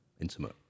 Intimate